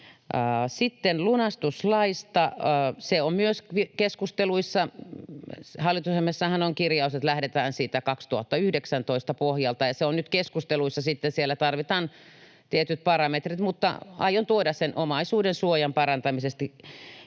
keskusteluissa. Hallitusohjelmassahan on kirjaus, että lähdetään siitä 2019:n pohjalta, ja se on nyt keskusteluissa. Sitten siellä tarvitaan tietyt parametrit, mutta aion tuoda omaisuudensuojan parantamisesta